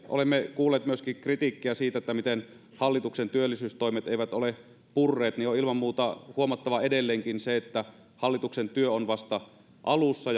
olemme kuulleet myöskin kritiikkiä siitä miten hallituksen työllisyystoimet eivät ole purreet ja on ilman muuta huomattava edelleenkin se että hallituksen työ on vasta alussa